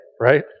right